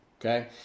Okay